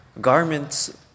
Garments